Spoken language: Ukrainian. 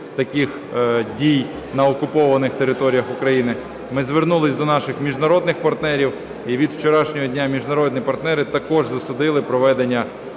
таких дій на окупованих територіях України. Ми звернулися до наших міжнародних партнерів, і від вчорашнього дня міжнародні партнери також засудили проведення